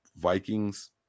Vikings